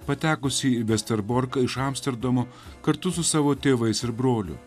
patekusi į vesterborką iš amsterdamo kartu su savo tėvais ir broliu